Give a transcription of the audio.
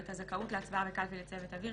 שקובע את הזכאות להצבעה בקלפי לצוות אוויר.